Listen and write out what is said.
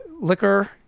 liquor